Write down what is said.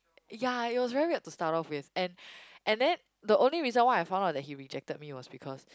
ya it was very weird to start off with and and then the only reason why I found out that he rejected me was because